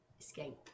escape